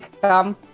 come